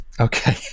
Okay